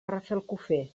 rafelcofer